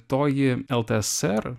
toji ltsr